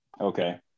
Okay